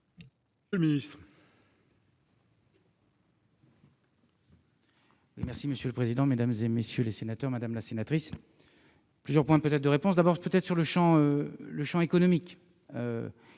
monsieur le ministre,